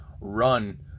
Run